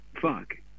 fuck